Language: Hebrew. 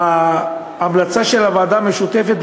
בהמלצה של הוועדה המשותפת,